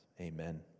Amen